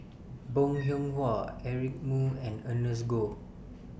Bong Hiong Hwa Eric Moo and Ernest Goh